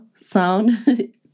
sound